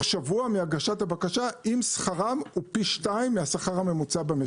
שבוע מהגשת הבקשה אם שכרם הוא פי שתיים מהשכר הממוצע במשק.